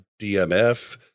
DMF